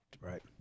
Right